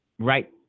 right